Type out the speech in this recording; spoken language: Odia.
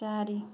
ଚାରି